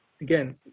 Again